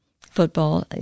football—